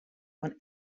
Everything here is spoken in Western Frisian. oan